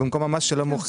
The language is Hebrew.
במקום המס של המוכר.